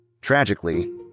Tragically